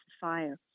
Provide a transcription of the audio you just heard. fire